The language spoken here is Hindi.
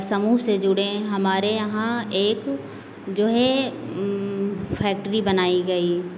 समूह से जुड़े हमारे यहाँ जो एक जो है फैक्ट्री बनाई गई